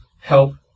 help